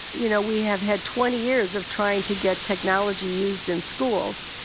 you know, we have had twenty years of trying to get technology used in schools.